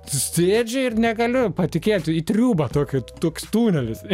sėdžiu ir negaliu patikėti į triūbą tokią toks tunelis